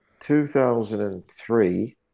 2003